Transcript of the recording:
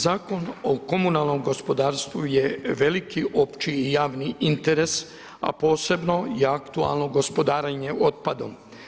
Zakon o komunalnom gospodarstvu je veliki opći i javni interes, a posebno je aktualno gospodarenje otpadom.